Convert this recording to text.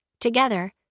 Together